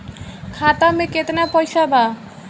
खाता में केतना पइसा बा?